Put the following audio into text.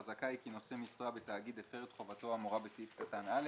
חזקה היא כי נושא משרה בתאגיד הפר את חובתו האמורה בסעיף קטן (א),